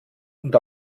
und